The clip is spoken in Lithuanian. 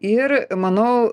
ir manau